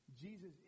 Jesus